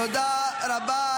תודה רבה.